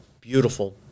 beautiful